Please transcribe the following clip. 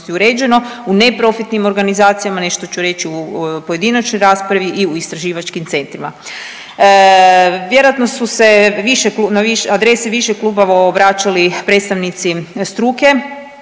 uređeno, u neprofitnim organizacijama, nešto ću reći u pojedinačnoj raspravi i u istraživačkim centrima. Vjerojatno su se na više adrese više klubova obraćali predstavnici struke,